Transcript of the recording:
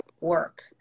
work